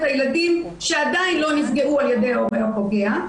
הילדים שעדיין לא נפגעו על-ידי הורה פוגע,